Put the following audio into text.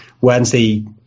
Wednesday